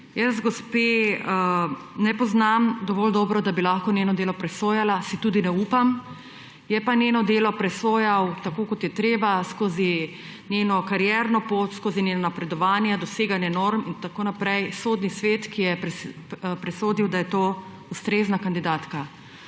Jaz gospe ne poznam dovolj dobro, da bi lahko njeno delo presojala, si tudi ne upam. Je pa njeno delo presojal, tako kot je treba, skozi njeno karierni pot, skozi njena napredovanja, doseganja norm in tako naprej Sodni svet, ki je presodil, da je to ustrezna kandidatka.